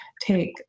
take